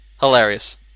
hilarious